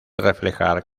reflejar